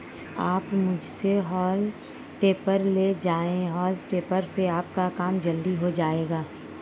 आप मुझसे हॉउल टॉपर ले जाएं हाउल टॉपर से आपका काम जल्दी हो जाएगा